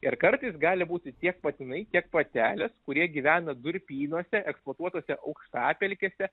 ir kartais gali būti tiek patinai tiek patelės kurie gyvena durpynuose eksplotuotose aukštapelkėse